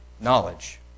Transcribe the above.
knowledge